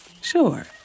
Sure